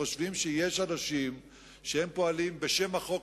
חושבים שיש אנשים שפועלים בשם החוק,